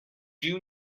you